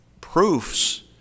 proofs